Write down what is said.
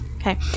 Okay